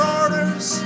orders